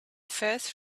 first